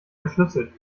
verschlüsselt